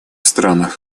странах